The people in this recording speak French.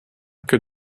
que